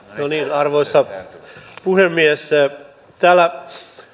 arvoisa puhemies täällä